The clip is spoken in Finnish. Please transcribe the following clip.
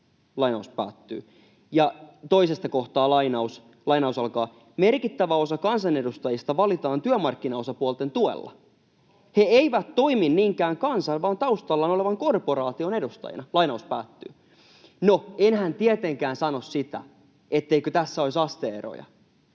kolmikannasta.” Ja toisesta kohtaa lainaus: ”Merkittävä osa kansanedustajista valitaan työmarkkinaosapuolten tuella. He eivät toimi niinkään kansan vaan taustallaan olevan korporaation edustajina.” No enhän tietenkään sano sitä, etteikö tässä olisi aste-eroja.